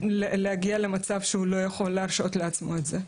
להגיע למצב שהוא לא יכול להרשות לעצמו את זה.